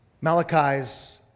malachi's